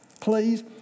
Please